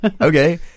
okay